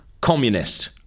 Communist